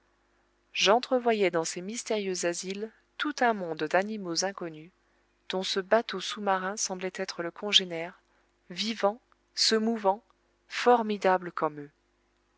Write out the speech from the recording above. j'entrevoyais dans ces mystérieux asiles tout un monde d'animaux inconnus dont ce bateau sous-marin semblait être le congénère vivant se mouvant formidable comme eux